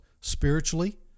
spiritually